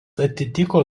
atitiko